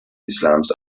islams